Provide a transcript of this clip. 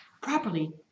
properly